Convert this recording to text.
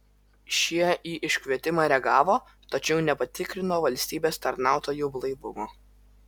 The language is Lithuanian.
šie į iškvietimą reagavo tačiau nepatikrino valstybės tarnautojų blaivumo